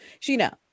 Sheena